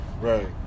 Right